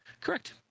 Correct